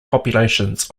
populations